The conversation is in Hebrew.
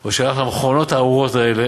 או שהלך למכונות הארורות האלה.